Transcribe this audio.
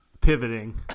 pivoting